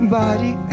body